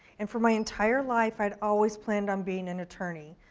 and for my entire life, i'd always planned on being an attorney,